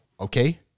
okay